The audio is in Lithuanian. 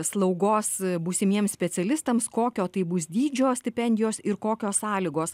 slaugos būsimiems specialistams kokio tai bus dydžio stipendijos ir kokios sąlygos